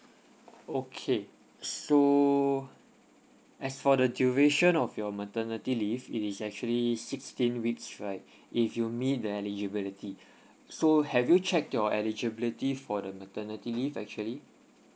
okay so as for the duration of your maternity leave it is actually sixteen weeks right if you mean the eligibility so have you check your eligibility for the maternity leave actually